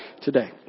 today